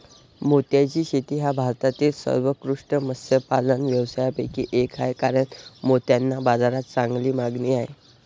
मोत्याची शेती हा भारतातील सर्वोत्कृष्ट मत्स्यपालन व्यवसायांपैकी एक आहे कारण मोत्यांना बाजारात चांगली मागणी आहे